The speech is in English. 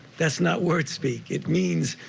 that's not word speak. it means,